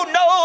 no